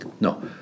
No